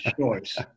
choice